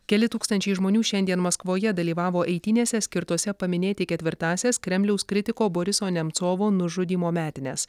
keli tūkstančiai žmonių šiandien maskvoje dalyvavo eitynėse skirtose paminėti ketvirtąsias kremliaus kritiko boriso nemcovo nužudymo metines